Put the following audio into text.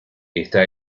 esta